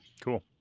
Cool